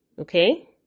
okay